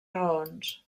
raons